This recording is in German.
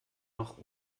noch